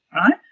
right